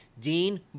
Dean